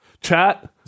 Chat